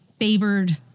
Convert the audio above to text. favored